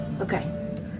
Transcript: Okay